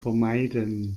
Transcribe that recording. vermeiden